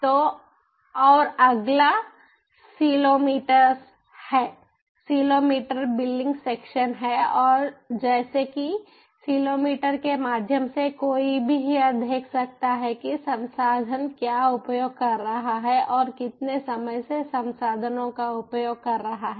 तो और अगला सीलोमीटर है सीलोमीटर बिलिंग सेक्शन है जैसे कि सीलोमीटर के माध्यम से कोई भी यह देख सकता है कि संसाधन क्या उपयोग कर रहा है और कितने समय से संसाधनों का उपयोग कर रहा है